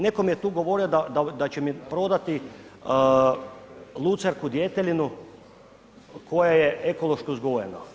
Neko mi je tu govorio da će mi prodati lucerku djetelinu koja je ekološki uzgojena.